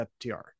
FTR